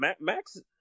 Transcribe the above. Max